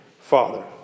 father